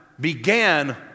began